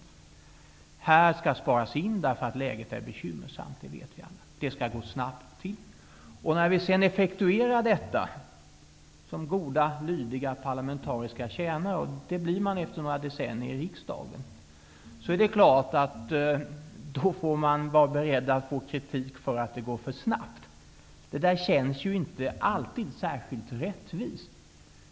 Vi får beställningar om att man skall spara på vissa områden eftersom läget är bekymmersamt och det skall gå snabbt. När vi sedan effektuerar detta som goda, lydiga parlamentariska tjänare -- det blir man efter några decennier i riksdagen -- får man naturligtvis vara beredd att få kritik för att det går för snabbt. Det känns inte alltid särskilt rättvist.